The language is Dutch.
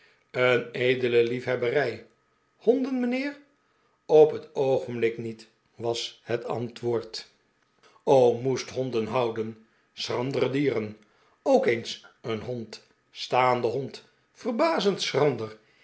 een edele lief hebberij honden mijnheer op het oogenblik met was het antwoord o r moest honden houden schrandere dieren ook eens een hond staahde hond verbazend schrander